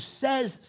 says